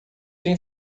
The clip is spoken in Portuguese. tem